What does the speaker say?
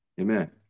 Amen